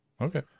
okay